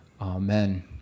amen